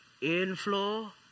inflow